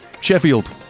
Sheffield